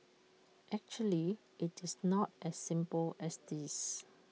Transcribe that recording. actually IT is not as simple as this